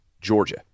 Georgia